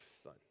son